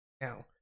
now